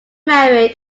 married